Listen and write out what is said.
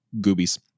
Goobies